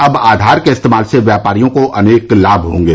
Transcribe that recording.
अब आधार के इस्तेमाल से व्यापारियों को अनेक लाभ होंगे